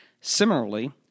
Similarly